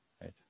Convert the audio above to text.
right